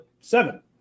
seven